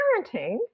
parenting